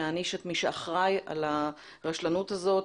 להעניש את מי שאחראי על הרשלנות הזאת.